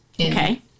Okay